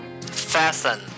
Fasten